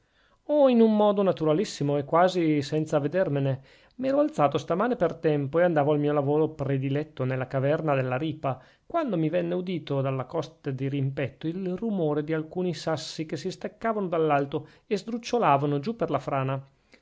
oh in un modo naturalissimo e quasi senza avvedermene m'ero alzato stamane per tempo e andavo al mio lavoro prediletto nella caverna della ripa quando mi venne udito dalla costa di rimpetto il rumore di alcuni sassi che si staccavano dall'alto e sdrucciolavano giù per la frana